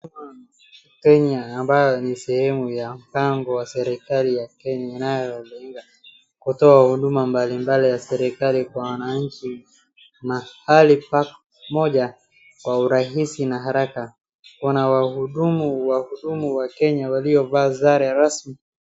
Huduma Kenya ambayo ni sehemu ya mpango wa serikali ya Kenya inayolenga kutoa huduma mbali mbali za serikali kwa wananchi mahali pamoja kwa urahisi na haraka. Kuna wahudumu wa kenya waliovaa sare rasmi .